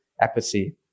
apathy